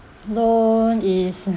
loan is